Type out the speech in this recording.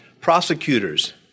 Prosecutors